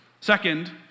Second